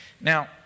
Now